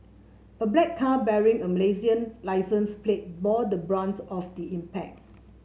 a black car bearing a Malaysian licence plate bore the brunt of the impact